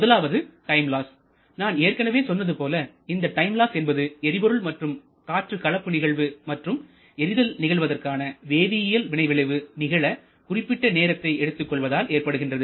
முதலாவது டைம் லாஸ்நான் ஏற்கனவே சொன்னது போல இந்த டைம் லாஸ் என்பது எரிபொருள் மற்றும் காற்று கலப்பு நிகழ்வு மற்றும் எரிதல் நிகழ்வதற்கான வேதியியல் வினைவிளைவு நிகழ குறிப்பிட்ட நேரத்தை எடுத்துக் கொள்வதால் ஏற்படுகின்றது